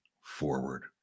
forward